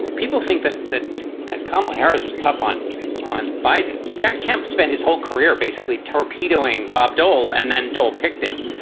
people think that that kamala harris was tough on on biden. jack kemp spent his whole career basically torpedoing bob dole and then dole picked him.